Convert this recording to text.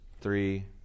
three